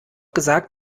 gesagt